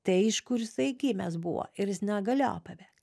tai iš kur jisai gimęs buvo ir jis negalėjo pabėgti